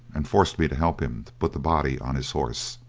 and forced me to help him to put the body on his horse.